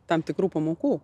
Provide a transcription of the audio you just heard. tam tikrų pamokų